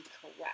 correct